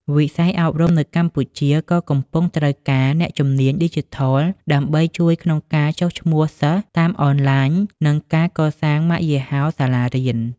វិស័យអប់រំនៅកម្ពុជាក៏កំពុងត្រូវការអ្នកជំនាញឌីជីថលដើម្បីជួយក្នុងការចុះឈ្មោះសិស្សតាមអនឡាញ និងការកសាងម៉ាកយីហោសាលារៀន។